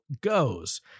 goes